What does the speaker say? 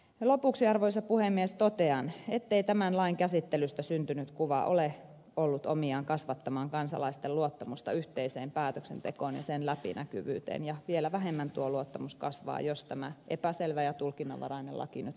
lopuksi arvoisa puhemies totean ettei tämän lain käsittelystä syntynyt kuva ole ollut omiaan kasvattamaan kansalaisten luottamusta yhteiseen päätöksentekoon ja sen läpinäkyvyyteen ja vielä vähemmän tuo luottamus kasvaa jos tämä epäselvä ja tulkinnanvarainen laki nyt hyväksytään